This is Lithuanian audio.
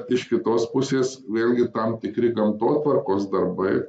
iš kitos pusės vėlgi tam tikri gamtotvarkos darbai